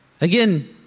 again